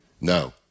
No